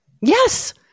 Yes